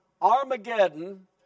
Armageddon